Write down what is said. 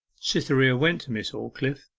cytherea went to miss aldclyffe,